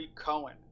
Cohen